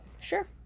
Sure